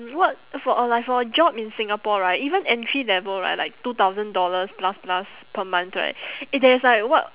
work for a like for a job in singapore right even entry level right like two thousand dollars plus plus per month right it there is like what